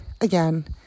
again